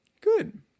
Good